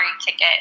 ticket